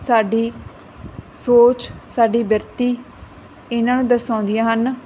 ਸਾਡੀ ਸੋਚ ਸਾਡੀ ਬਿਰਤੀ ਇਹਨਾਂ ਨੂੰ ਦਰਸਾਉਂਦੀਆਂ ਹਨ